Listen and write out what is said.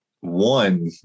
one